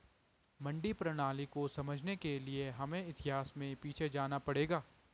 मंडी प्रणाली को समझने के लिए हमें इतिहास में पीछे जाना पड़ेगा